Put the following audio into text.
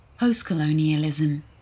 post-colonialism